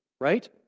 right